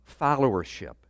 followership